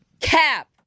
cap